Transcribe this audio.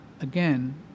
again